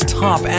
top